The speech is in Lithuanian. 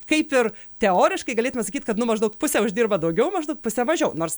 kaip ir teoriškai galėtume sakyt kad nu maždaug pusė uždirba daugiau maždaug pusė mažiau nors